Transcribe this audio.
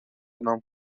نام